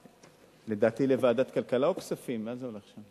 לדעתי, לוועדת הכלכלה, או לכספים, לאן זה הולך?